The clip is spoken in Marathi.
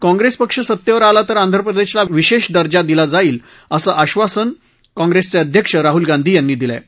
काँग्रेस पक्ष सत्तेवर आला तर आंध्रप्रदेशाला विशेष दर्जा दिला जाईल असं आश्वासन काँग्रेसचे अध्यक्ष राहुल गांधी यांनी दिलं आहे